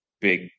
big